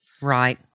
Right